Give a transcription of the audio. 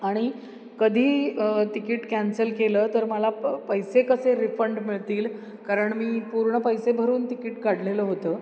आणि कधी तिकीट कॅन्सल केलं तर मला प पैसे कसे रिफंड मिळतील कारण मी पूर्ण पैसे भरून तिकीट काढलेलं होतं